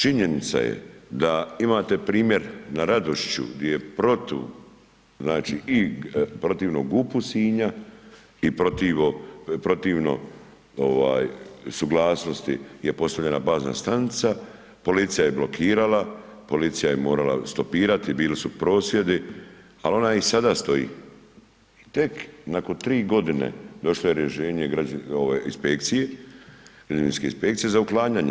Činjenica je da imate primjer na Radošću gdje je protu, znači i protivno GUP-u Sinja i protivno ovaj suglasnosti gdje je postavljena bazna stanica, policija je blokirala, policija je morala stopirati, bili su prosvjedi, al ona i sada stoji i tek nakon 3 godine došlo je rješenje ovaj inspekcije, građevinske inspekcije za uklanjanje.